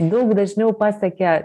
daug dažniau pasiekia